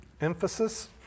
emphasis